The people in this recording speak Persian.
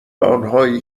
آنهایی